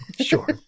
Sure